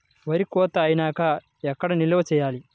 వరి కోత అయినాక ఎక్కడ నిల్వ చేయాలి?